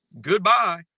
goodbye